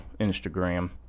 Instagram